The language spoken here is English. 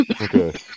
Okay